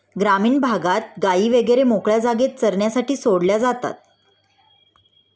ग्रामीण भागात गायी वगैरे मोकळ्या जागेत चरण्यासाठी सोडल्या जातात